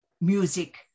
music